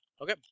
Okay